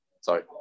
Sorry